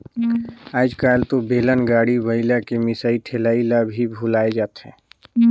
आयज कायल तो बेलन, गाड़ी, बइला के मिसई ठेलई ल भी भूलाये जाथे